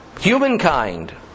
humankind